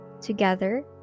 Together